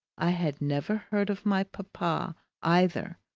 i had never heard of my papa either,